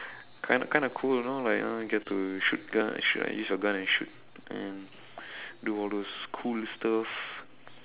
kind kind of cool you know like uh you get to shoot gun shoot and use your gun and shoot and do all those cool stuff